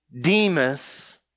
Demas